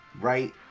Right